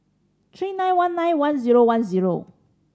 three nine one nine one zero one zero